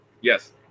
Yes